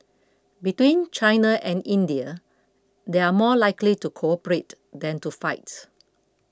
between China and India they are more likely to cooperate than to fight